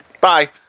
bye